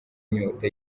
inyota